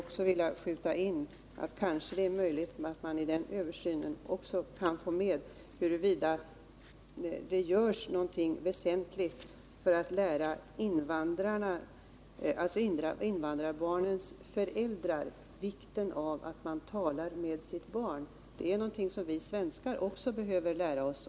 Jag vill också skjuta in att det kanske är möjligt att man i översynen också kan få med en undersökning av huruvida det görs någonting väsentligt för att lära invandrarbarnens föräldrar att förstå vikten av att man talar med sitt barn. Det är f. ö. någonting som vi svenskar också behöver lära oss.